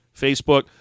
Facebook